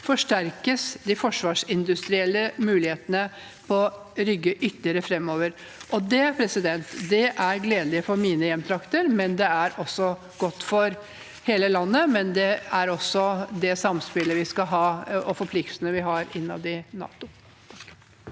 forsterkes de forsvarsindustrielle mulighetene på Rygge ytterligere fremover. Det er gledelig for mine hjemtrakter, og det er også godt for hele landet. Det er også det samspillet vi skal ha, og de forpliktelsene vi har innad i NATO. Ola